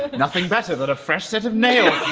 nothing better than a fresh set of nails,